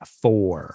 four